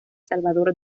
salvador